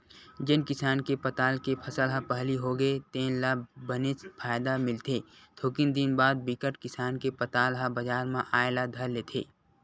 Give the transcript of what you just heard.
जेन किसान के पताल के फसल ह पहिली होगे तेन ल बनेच फायदा मिलथे थोकिन दिन बाद बिकट किसान के पताल ह बजार म आए ल धर लेथे